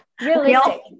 realistic